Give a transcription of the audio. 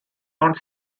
not